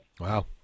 Wow